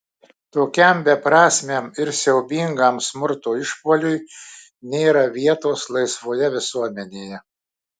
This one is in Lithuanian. tokiam beprasmiam ir siaubingam smurto išpuoliui nėra vietos laisvoje visuomenėje